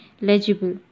legible